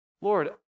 Lord